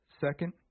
Second